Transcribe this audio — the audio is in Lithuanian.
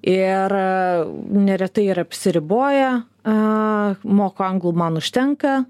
ir neretai ir apsiriboja a moka anglų man užtenka